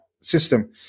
system